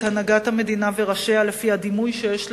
הנהגת המדינה וראשיה לפי הדימוי שיש להם,